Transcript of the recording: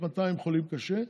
1,200 חולים קשה.